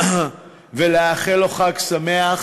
ולאחל לו חג שמח.